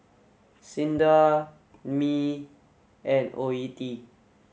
SINDA Mi and O E T